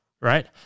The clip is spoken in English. right